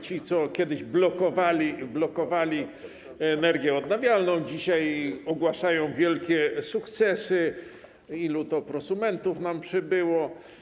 Ci, co kiedyś blokowali energię odnawialną, dzisiaj ogłaszają wielkie sukcesy, ilu to prosumentów nam przybyło.